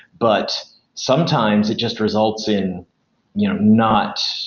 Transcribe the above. but sometimes it just results in you know not